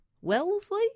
Wellesley